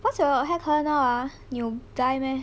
what's your hair colour now ah you dye meh